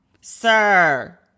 sir